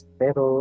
pero